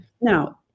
Now